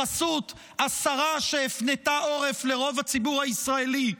בחסות השרה שהפנתה עורף לרוב הציבור הישראלי,